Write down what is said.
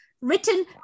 written